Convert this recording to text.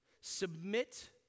Submit